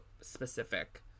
specific